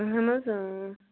اہن حظ آ